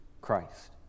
Christ